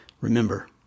remember